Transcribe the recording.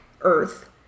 Earth